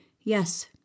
yes